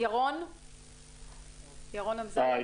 ירון אמזלג.